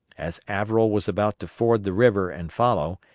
as averell was about to ford the river and follow,